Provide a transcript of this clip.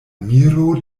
miro